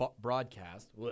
broadcast